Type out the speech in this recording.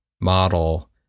model